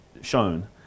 shown